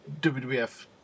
WWF